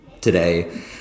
today